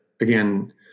again